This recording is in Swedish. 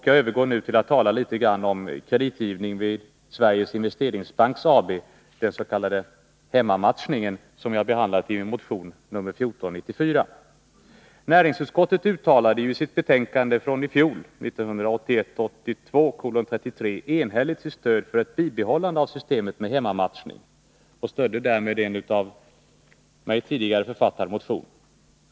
Jag övergår nu till att tala om kreditgivningen vid Sveriges Investeringsbank AB, dens.k. hemmamatchningen, som jag tog upp i min motion 1494. Näringsutskottet uttalade i sitt betänkande från i fjol, 1981/82:33, enhälligt sitt stöd för ett bibehållande av systemet med hemmamatchning och stödde därmed en av mig tidigare författad motion.